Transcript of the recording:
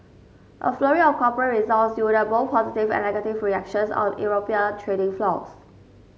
a flurry of corporate results yielded both positive and negative reactions on European trading floors